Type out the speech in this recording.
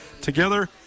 Together